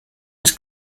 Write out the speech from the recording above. was